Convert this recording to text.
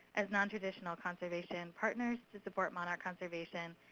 as nontraditional conservation partners to support monarch conservation?